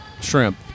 shrimp